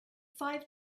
five